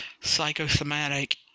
psychosomatic